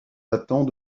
datant